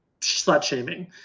slut-shaming